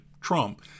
Trump